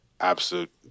absolute